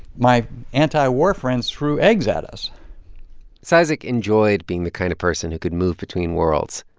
my anti-war friends threw eggs at us cizik enjoyed being the kind of person who could move between worlds,